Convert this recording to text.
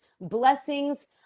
blessings